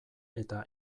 eta